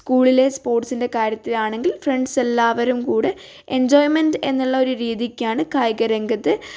സ്ക്കൂളിലെ സ്പോർട്സിൻ്റെ കാര്യത്തിലാണെങ്കി ഫ്രണ്ട്സ് എല്ലാവരും കൂടെ എൻജോയ്മെൻ്റ് എന്നുള്ളൊരു രീതിയ്ക്കാണ് കായിക രംഗത്ത്